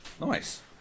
Nice